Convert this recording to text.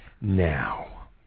now